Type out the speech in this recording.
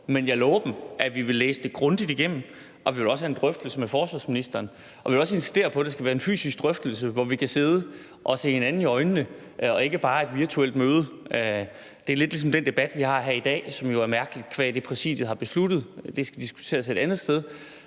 Men jeg lover dem, at vi vil læse det grundigt igennem, og vi vil også have en drøftelse med forsvarsministeren. Og vi vil også insistere på, at det skal være en fysisk drøftelse, hvor vi kan sidde og se hinanden i øjnene, og ikke bare et virtuelt møde. Det er lidt ligesom den debat, vi har her i dag, som jo er mærkelig, fordi Præsidiet har besluttet, at vi skal tale fra et andet sted.